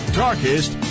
darkest